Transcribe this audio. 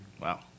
Wow